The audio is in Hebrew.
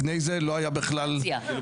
לפני זה לא היה בכלל מיחזור,